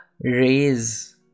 raise